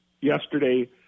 yesterday